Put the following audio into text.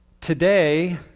today